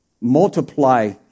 multiply